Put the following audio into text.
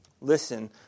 Listen